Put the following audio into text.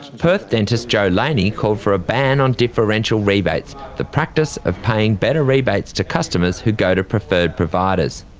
perth dentist jo laney called for a ban on differential rebates, the practice of paying better rebates to customers who go to preferred providers.